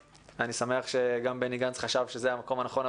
ואני שמח שגם בני גנץ חשב שזה המקום הנכון עבורי.